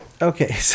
okay